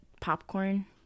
popcorn